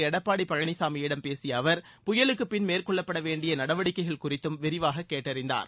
எடப்பாடி பழனிசாமியிடம் பேசிய அவர் புயலுக்குப் பின் மேற்கொள்ளப்பட வேண்டிய நடவடிக்கைகள் குறித்தும் விரிவாக கேட்டறிந்தார்